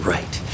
Right